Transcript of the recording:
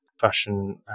fashion